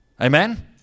Amen